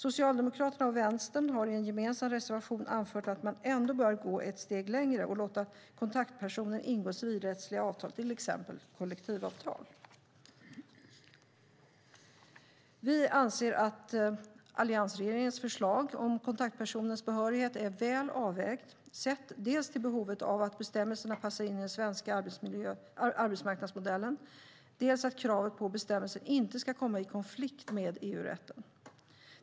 Socialdemokraterna och Vänstern har i en gemensam reservation anfört att man ändå bör gå ett steg längre och låta kontaktpersonen ingå civilrättsliga avtal, till exempel kollektivavtal. Vi anser att alliansregeringens förslag om kontaktpersonens behörighet är väl avvägt sett till dels behovet av att bestämmelsen passar in i den svenska arbetsmarknadsmodellen, dels kravet på att bestämmelsen inte ska komma i konflikt med EU-rätten.